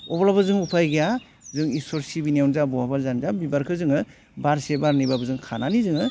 अब्लाबो जों उफाय गैया जों इसोर सिबियावनो जा बहाबा जा बिबारखौ जोङो बारसे बारनैबाबो जों खानानै जोङो